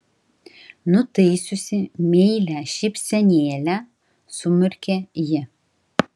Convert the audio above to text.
nutaisiusi meilią šypsenėlę sumurkė ji